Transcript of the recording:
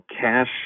cash